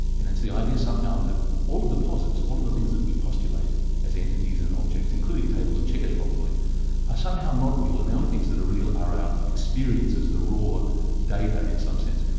and it's the idea somehow that all of the posits, all of the things that we postulate as entities and objects, including tables and chairs probably, are somehow not real, and the only things that are real are our experiences, the raw data in some sense.